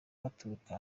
baturuka